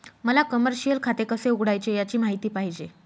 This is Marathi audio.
मला कमर्शिअल खाते कसे उघडायचे याची माहिती पाहिजे